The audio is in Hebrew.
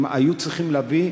הם היו צריכים להביא,